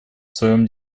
своей